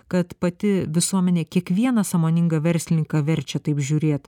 kad pati visuomenė kiekvieną sąmoningą verslininką verčia taip žiūrėt